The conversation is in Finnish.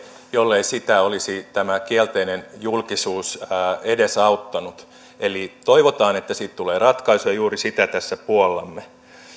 jollei sitä olisi tämä kielteinen julkisuus edesauttanut eli toivotaan että siitä tulee ratkaisu ja juuri sitä tässä puollamme